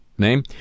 name